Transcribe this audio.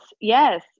yes